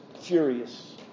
furious